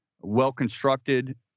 well-constructed